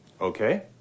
Okay